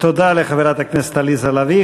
תודה לחברת הכנסת עליזה לביא.